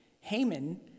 Haman